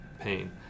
pain